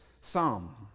psalm